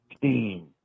team